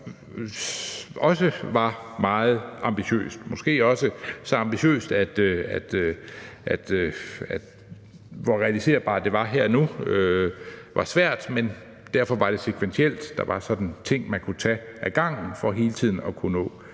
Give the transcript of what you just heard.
som også var meget ambitiøst. Måske så ambitiøst, at det var svært at se, hvor realiserbart det var her og nu. Men derfor var det substantielt. Der var sådan ting, man kunne tage ad gangen for hele tiden at kunne nå